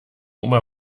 oma